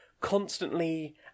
constantly